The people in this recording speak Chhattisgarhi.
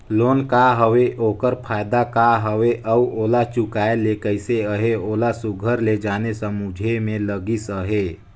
लोन का हवे ओकर फएदा का हवे अउ ओला चुकाए ले कइसे अहे ओला सुग्घर ले जाने समुझे में लगिस अहे